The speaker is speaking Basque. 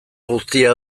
guztia